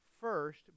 first